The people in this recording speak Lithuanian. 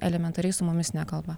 elementariai su mumis nekalba